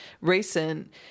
recent